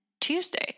Tuesday